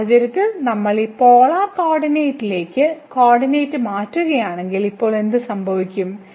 ഈ സാഹചര്യത്തിൽ നമ്മൾ ഈ പോളാർ കോർഡിനേറ്റിലേക്ക് കോർഡിനേറ്റ് മാറ്റുകയാണെങ്കിൽ ഇപ്പോൾ എന്ത് സംഭവിക്കും